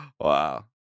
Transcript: Wow